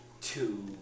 two